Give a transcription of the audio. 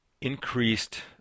increased